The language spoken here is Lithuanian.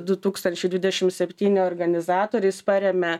du tūkstančiai dvidešim septyni organizatoriais paremia